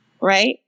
right